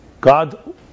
God